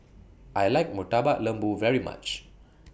I like Murtabak Lembu very much